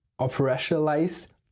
operationalize